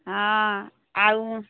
ହଁ ଆଉ